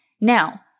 Now